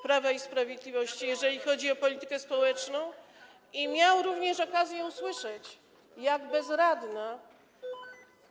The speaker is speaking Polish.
Prawa i Sprawiedliwości, jeżeli chodzi o politykę społeczną, i mieli również okazję usłyszeć, jak bezradna jest.